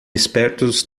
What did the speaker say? espertos